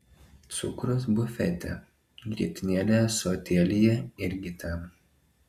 cukrus bufete grietinėlė ąsotėlyje irgi ten